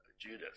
Judas